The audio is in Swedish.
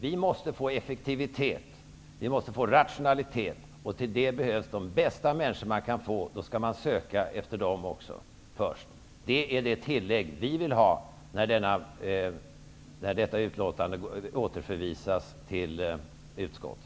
Vi måste få effektivitet och rationalitet. Till det behövs de bästa människor vi kan få. Då skall vi också söka efter dem. Det är det tillägg vi vill ha när detta ärende återförvisas till utskottet.